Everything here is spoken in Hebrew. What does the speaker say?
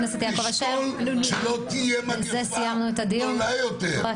שלא תהיה מגיפה גדולה יותר.